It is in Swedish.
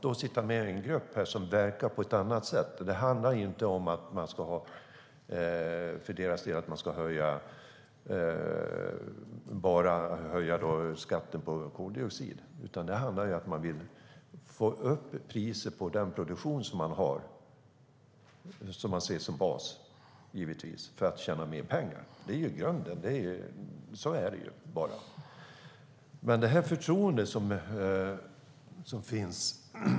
Då sitter man med i en grupp som verkar på ett annat sätt och där det inte handlar om att höja skatten på koldioxid. Man vill få upp priset på den produktion man har och som man givetvis ser som bas för att tjäna mer pengar. Det är grunden, så är det.